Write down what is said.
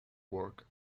work